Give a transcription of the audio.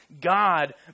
God